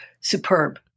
superb